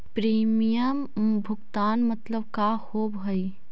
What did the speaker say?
Premium भुगतान मतलब का होव हइ?